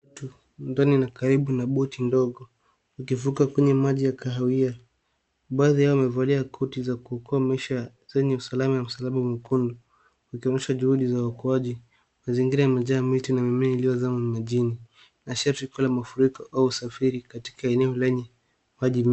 Tu ndani na karibu na boti ndogo ukivuka kwenye maji ya kahawia baadhi yao wamevalia koti za kuokoa maisha zenye usalama ya msalaba mwekundu ukionyesha ujuhudi wa uwokoaji. Mazingira yame jaa miti na mimea iliyo zama majini na shuttle la mafiriko au usafiri katika eneo lenye maji mengi.